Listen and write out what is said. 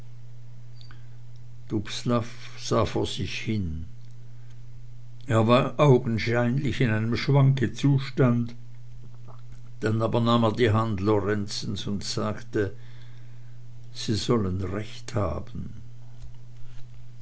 hin er war augenscheinlich in einem schwankezustand dann aber nahm er die hand lorenzens und sagte sie sollen recht haben